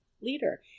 leader